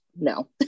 no